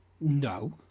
No